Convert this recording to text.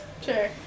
Sure